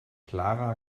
clara